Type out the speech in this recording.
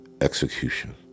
execution